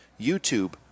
YouTube